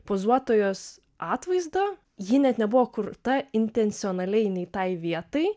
pozuotojos atvaizdą ji net nebuvo kurta intencionaliai jinai tai vietai